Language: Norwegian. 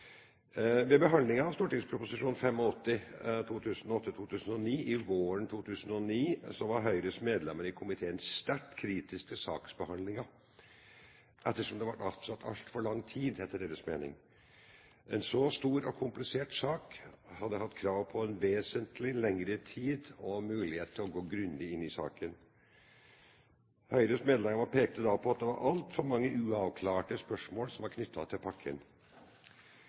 Ved behandlingen av St.prp. nr. 85 for 2008–2009 våren 2009 var Høyres medlemmer i komiteen sterkt kritiske til saksbehandlingen, ettersom det etter deres mening ble avsatt altfor kort tid. En så stor og komplisert sak hadde hatt krav på vesentlig lengre tid og mulighet til å gå grundig inn i saken. Høyres medlemmer pekte da på at det var altfor mange uavklarte spørsmål som var knyttet til pakken.